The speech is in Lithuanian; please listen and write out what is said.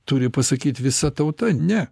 turi pasakyt visa tauta ne